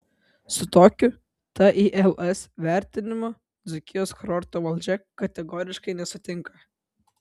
su tokiu tils vertinimu dzūkijos kurorto valdžia kategoriškai nesutinka